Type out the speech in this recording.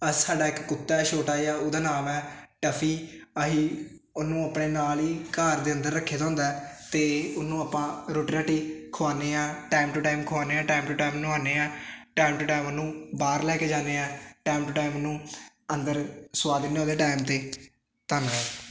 ਆ ਸਾਡਾ ਇਕ ਕੁੱਤਾ ਹੈ ਛੋਟਾ ਜਿਹਾ ਉਹਦਾ ਨਾਮ ਹੈ ਟਫੀ ਆ ਹੀ ਉਹਨੂੰ ਆਪਣੇ ਨਾਲ ਹੀ ਘਰ ਦੇ ਅੰਦਰ ਰੱਖੇਦਾ ਹੁੰਦਾ ਹੈ ਅਤੇ ਉਹਨੂੰ ਆਪਾਂ ਰੋਟੀ ਰਾਟੀ ਖਵਾਉਂਦੇ ਆਹਾਂ ਟਾਈਮ ਟੂ ਟਾਈਮ ਖਵਾਉਂਦੇ ਆ ਟਾਈਮ ਟੂ ਟਾਈਮ ਨਵਾਉਂਨੇ ਆਂ ਟਾਈਮ ਟੂ ਟਾਈਮ ਉਹਨੂੰ ਬਾਹਰ ਲੈ ਕੇ ਜਾਂਦੇ ਟਾਈਮ ਟੂ ਟਾਈਮ ਉਹਨੂੰ ਅੰਦਰ ਸਵਾ ਦਿੰਦੇ ਉਹਦੇ ਟਾਈਮ 'ਤੇ ਧੰਨਵਾਦ